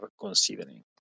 considering